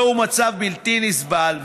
זהו מצב בלתי נסבל,